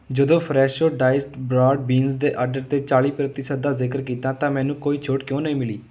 ਜਦੋਂ Fresho diced broad beans ਦੇ order 'ਤੇ ਚਾਲੀ ਪ੍ਰਤੀਸ਼ਤ ਦਾ ਜ਼ਿਕਰ ਕੀਤਾ ਤਾਂ ਮੈਨੂੰ ਕੋਈ ਛੋਟ ਕਿਉਂ ਨਹੀਂ ਮਿਲੀ